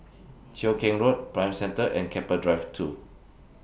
Cheow Keng Road Prime Centre and Keppel Drive two